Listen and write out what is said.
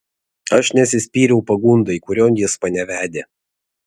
aš neatsispyriau pagundai kurion jis mane vedė